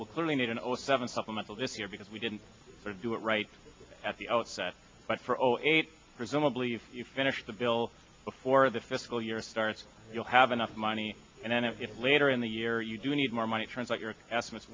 will clearly need an over seven supplemental this year because we didn't do it right at the outset but for zero eight presumably if you finish the bill before the fiscal year starts you'll have enough money and then it later in the year you do need more money turns out your estimates